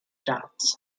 dots